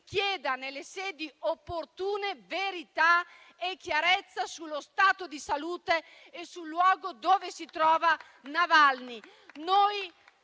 chiedano, nelle sedi opportune, verità e chiarezza sullo stato di salute e sul luogo dove si trova Navalny.